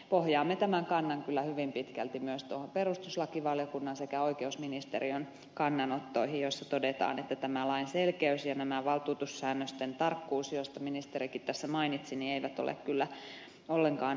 pohjaamme tämän kannan kyllä hyvin pitkälti myös perustuslakivaliokunnan sekä oikeusministeriön kannanottoihin joissa todetaan että tämän lain selkeys ja valtuutussäännösten tarkkuus mistä ministerikin tässä mainitsi eivät ole kyllä ollenkaan ongelmattomia